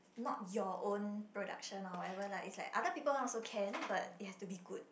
not your own production or whatever lah it's like other people one also can but it have to be good